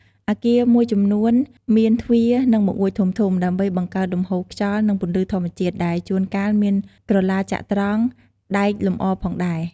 អគារមួយចំនួនមាន ទ្វារ និងបង្អួចធំៗ ដើម្បីបង្កើនលំហូរខ្យល់ និងពន្លឺធម្មជាតិ ដែលជួនកាលមានក្រឡាចត្រង្គដែកលម្អផងដែរ។